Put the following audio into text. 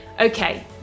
Okay